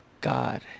God